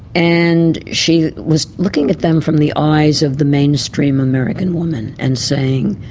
and she was looking at them from the eyes of the mainstream american woman and saying,